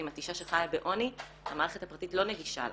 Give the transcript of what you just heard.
ואם את אישה שחיה בעוני המערכת הפרטית לא נגישה לך.